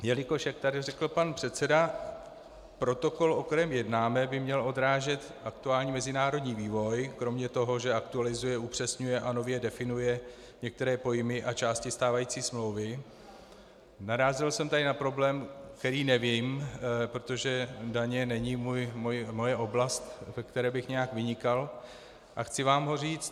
Jelikož jak tady řekl pan předseda, protokol, o kterém jednáme, by měl odrážet aktuální mezinárodní vývoj, kromě toho, že aktualizuje, upřesňuje a nově definuje některé pojmy a části stávající smlouvy, narazil jsem tady na problém, který nevím, protože daně nejsou moje oblast, ve které bych nějak vynikal, a chci vám ho říct.